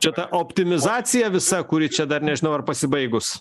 čia ta optimizacija visa kuri čia dar nežinau ar pasibaigus